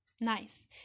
nice